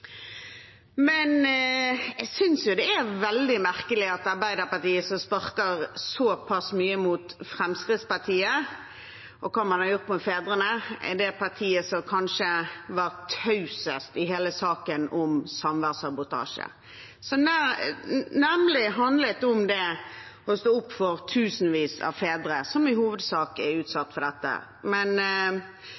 Men jeg synes jo det er veldig merkelig at Arbeiderpartiet sparker så pass mye mot Fremskrittspartiet og hva man har gjort mot fedrene – det partiet som kanskje var tausest i hele saken om samværssabotasje, som nemlig handlet om å stå opp for tusenvis av fedre, som i hovedsak er